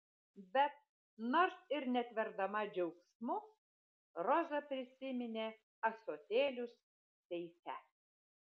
bet nors ir netverdama džiaugsmu roza prisiminė ąsotėlius seife